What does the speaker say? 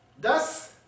Thus